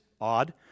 odd